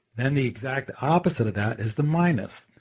then the exact opposite of that is the minus.